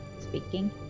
speaking